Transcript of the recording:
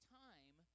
time